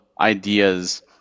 ideas